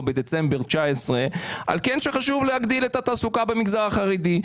בדצמבר 2019 שחשוב להגדיל את התעסוקה במגזר החרדי.